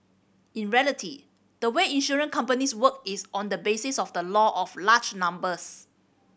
in reality the way insurance companies work is on the basis of the law of large numbers